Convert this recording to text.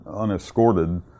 unescorted